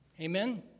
Amen